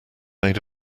made